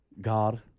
God